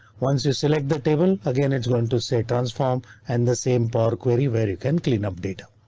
once you select the table again, it's going to say transform and the same power query where you can clean up data.